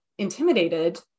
intimidated